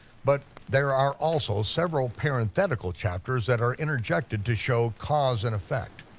but there are also several parenthetical chapters that are interjected to show cause and effect.